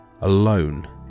alone